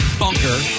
Bunker